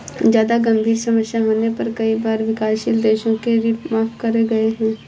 जादा गंभीर समस्या होने पर कई बार विकासशील देशों के ऋण माफ करे गए हैं